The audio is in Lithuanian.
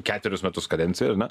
ketverius metus kadencija ar ne